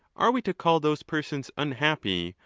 are we to call those persons unhappy,